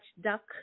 Duck